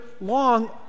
long